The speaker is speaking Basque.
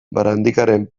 barandikaren